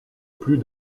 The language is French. plus